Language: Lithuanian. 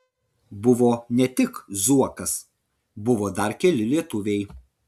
buvo ne tik zuokas buvo dar keli lietuviai